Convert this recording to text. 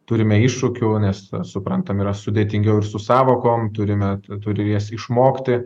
turime iššūkių nes suprantam yra sudėtingiau ir su sąvokom turime turi jas išmokti